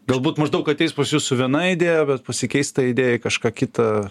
galbūt maždaug ateis pas jus su viena idėja bet pasikeis ta idėja į kažką kitą